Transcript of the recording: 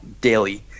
daily